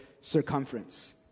circumference